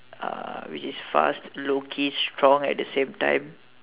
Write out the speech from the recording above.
uh which is fast low key strong at the same time